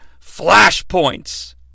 flashpoints